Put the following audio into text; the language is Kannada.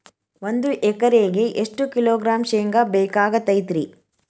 ಒಂದು ಎಕರೆಗೆ ಎಷ್ಟು ಕಿಲೋಗ್ರಾಂ ಶೇಂಗಾ ಬೇಕಾಗತೈತ್ರಿ?